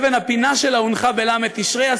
אבן הפינה שלה הונחה בל' בתשרי,